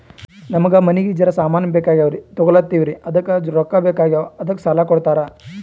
ನಮಗ ಮನಿಗಿ ಜರ ಸಾಮಾನ ಬೇಕಾಗ್ಯಾವ್ರೀ ತೊಗೊಲತ್ತೀವ್ರಿ ಅದಕ್ಕ ರೊಕ್ಕ ಬೆಕಾಗ್ಯಾವ ಅದಕ್ಕ ಸಾಲ ಕೊಡ್ತಾರ?